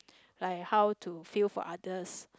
like how to feel for others